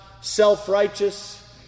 self-righteous